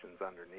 underneath